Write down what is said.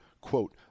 quote